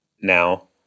now